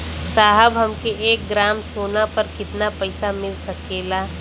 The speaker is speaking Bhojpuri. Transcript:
साहब हमके एक ग्रामसोना पर कितना पइसा मिल सकेला?